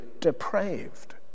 depraved